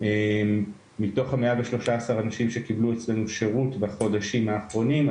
מתוך ה-113 אנשים שקיבלו אצלנו שירות בחודשים האחרונים,